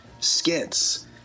skits